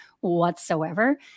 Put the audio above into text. whatsoever